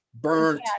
burnt